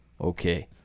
okay